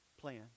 Plan